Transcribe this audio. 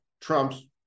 Trump's